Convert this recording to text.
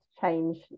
change